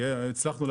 זה לא